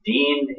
Dean